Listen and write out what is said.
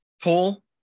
pull